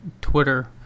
twitter